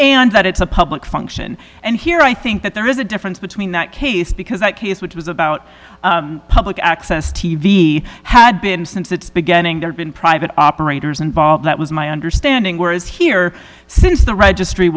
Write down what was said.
and that it's a public function and here i think that there is a difference between that case because that case which was about public access t v had been since its beginning to have been private operators involved that was my understanding whereas here since the registry